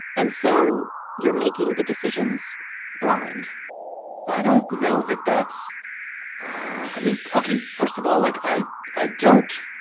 and so you're making the decisions blind i don't know that that's i mean. ok. first of all, like, i i don't